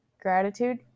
gratitude